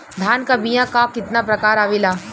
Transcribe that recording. धान क बीया क कितना प्रकार आवेला?